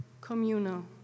communal